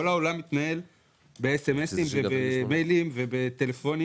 כל העולם מתנהל בסמסים ובמיילים ובטלפונים